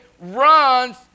runs